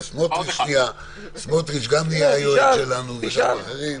סמוטריץ' גם נהיה יועץ שלנו ושל אחרים.